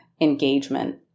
engagement